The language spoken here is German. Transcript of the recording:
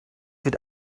wird